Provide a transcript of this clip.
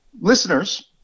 listeners